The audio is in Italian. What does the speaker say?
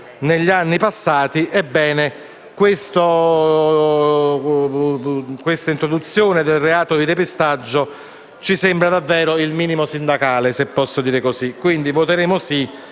negli anni passati. Ebbene, l'introduzione del reato di depistaggio ci sembra davvero il minimo sindacale, se posso dire così. Voteremo